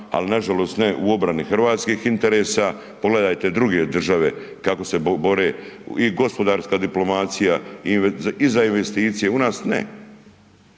ali nažalost ne u obrani hrvatskih interesa, pogledajte druge države kako se bore i gospodarska diplomacija i za investicije, u nas ne.